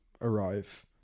arrive